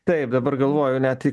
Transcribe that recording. taip dabar galvoju net į